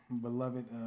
beloved